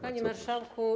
Panie Marszałku!